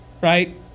right